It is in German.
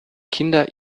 kinder